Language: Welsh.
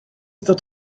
ddod